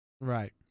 right